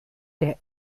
der